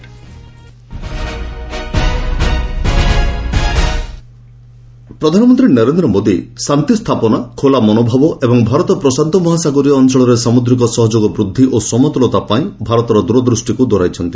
PM ପ୍ରଧାନମନ୍ତ୍ରୀ ନରେନ୍ଦ୍ର ମୋଦି ଶାନ୍ତି ସ୍ଥାପନା ଖୋଲା ମନୋଭାବ ଏବଂ ଭାରତ ପ୍ରଶାନ୍ତ ମହାସାଗରୀୟ ଅଞ୍ଚଳରେ ସାମୁଦ୍ରିକ ସହଯୋଗ ବୃଦ୍ଧି ଓ ସମତୁଲତା ପାଇଁ ଭାରତର ଦୂରଦୃଷ୍ଟିକୁ ଦୋହରାଇଛନ୍ତି